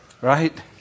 Right